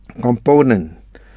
component